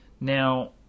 Now